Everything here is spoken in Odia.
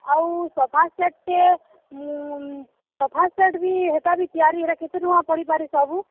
ଆଉ ସୋଫା ସେଟ୍ଟେ ସୋଫା ସେଟ୍ ବି ହେଟା ବି ତିଆରି ହେଲେ କେତେ ଟଙ୍କା ପଡ଼ିପାରେ ସବୁ